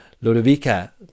Ludovica